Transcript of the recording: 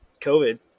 COVID